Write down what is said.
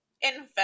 Invent